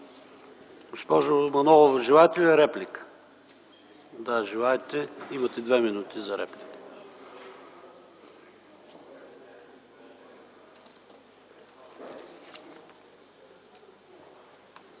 Госпожо Манолова, желаете ли реплика? Заповядайте, имате две минути за реплика.